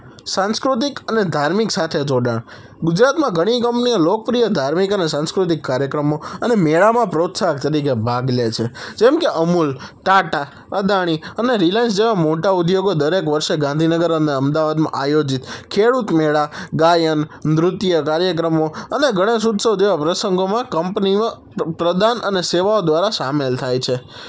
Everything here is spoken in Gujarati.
સાંસ્કૃતિક અને ધાર્મિક સાથે જોડાણ ગુજરાતમાં ઘણી કંપનીઓ લોકપ્રિય ધાર્મિક અને સાંસ્કૃતિક કાર્યક્રમો અને મેળામાં પ્રોત્સાહક તરીકે ભાગ લે છે જેમકે અમુલ ટાટા અદાણી અને રિલાયન્સ જેવા મોટા ઉદ્યોગો દરેક વર્ષે ગાંધીનગર અને અમદાવાદમાં આયોજિત ખેડૂત મેળા ગાયન નૃત્ય કાર્યક્રમો અને ગણેશ ઉત્સવ જેવા પ્રસંગોમાં કંપનીઓ પ્રદાન અને સેવાઓ દ્વારા સામેલ થાય છે